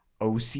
OC